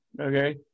okay